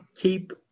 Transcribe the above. keep